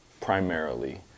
primarily